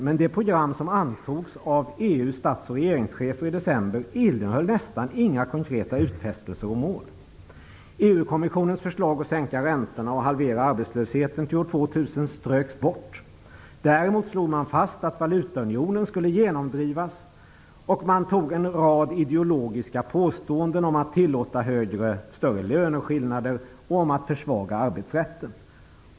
Men det program som antogs av EU:s stats och regeringschefer i december innehöll nästan inga konkreta utfästelser eller mål. EU Däremot slog man fast att valutaunionen skulle genomdrivas, och man antog en rad ideologiska påståenden om att tillåta större löneskillnader och om att försvaga arbetsrätten.